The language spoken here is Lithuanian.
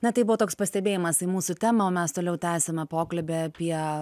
na tai buvo toks pastebėjimas į mūsų temą o mes toliau tęsiame pokalbį apie